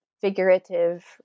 figurative